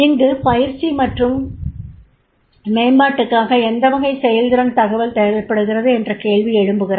இங்கு பயிற்சி மற்றும் மேம்பாட்டுக்காக எந்த வகையான செயல்திறன் தகவல் தேவைப்படுகிறது என்ற கேள்வி எழுகிறது